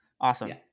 Awesome